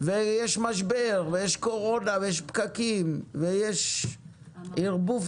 ויש משבר ויש קורונה ויש פקקים, ויש --- בעולם.